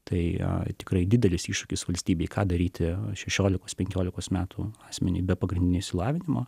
tai tikrai didelis iššūkis valstybei ką daryti šešiolikos penkiolikod metų asmeniui be pagrindinio išsilavinimo